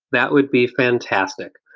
that would be fantastic.